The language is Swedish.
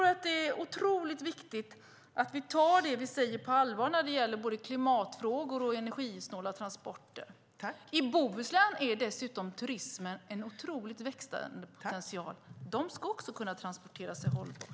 Det är otroligt viktigt att ni tar det vi säger på allvar när det gäller både klimatfrågor och energisnåla transporter. I Bohuslän är dessutom turismen en otroligt växande potential. Den ska också kunna ha hållbara transporter.